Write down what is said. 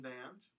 Band